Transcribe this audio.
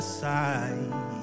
side